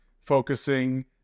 focusing